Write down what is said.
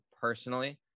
personally